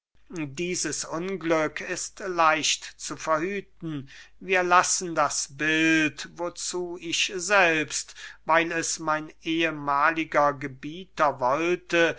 dieses unglück ist leicht zu verhüten wir lassen das bild wozu ich selbst weil es mein ehmaliger gebieter wollte